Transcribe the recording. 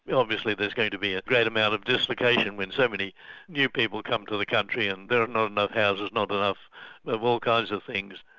obviously there's going to be a great amount of dislocation when so many new people come to the country and there are not enough houses, not enough of all kinds of things.